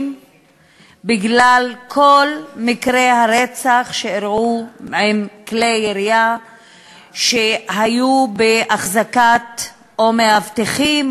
בגלל כל מקרי הרצח שאירעו עם כלי ירייה שהיו בהחזקת מאבטחים